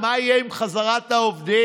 מה יהיה עם חזרת העובדים?